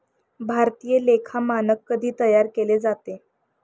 भारतीय लेखा मानक कधी तयार केले जाते?